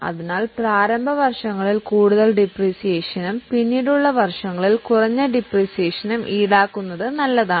അതിനാൽ പ്രാരംഭ വർഷങ്ങളിൽ കൂടുതൽ ഡിപ്രീസിയേഷനും പിന്നീടുള്ള വർഷങ്ങളിൽ കുറഞ്ഞ ഡിപ്രീസിയേഷനും ഈടാക്കുന്നത് നല്ലതാണ്